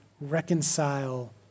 reconcile